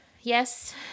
Yes